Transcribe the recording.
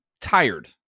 tired